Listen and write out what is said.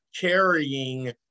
carrying